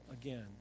again